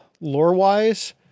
lore-wise